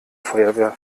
feuerwehr